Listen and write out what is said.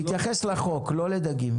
תתייחס לחוק, לא לדגים.